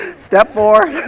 step four.